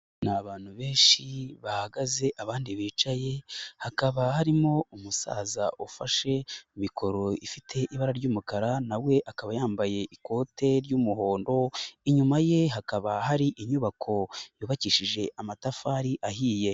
Ni abantu benshi, bahagaze abandi bicaye, hakaba harimo umusaza ufashe mikoro ifite ibara ry'umukara, na we akaba yambaye ikote ry'umuhondo ,inyuma ye hakaba hari inyubako yubakishije amatafari ahiye.